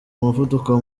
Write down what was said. umuvuduko